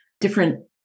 different